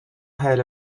had